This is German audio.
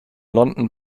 london